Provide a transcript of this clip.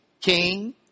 king